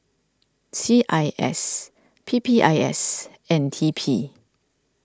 C I S P P I S and T P